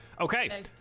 Okay